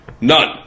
None